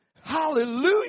Hallelujah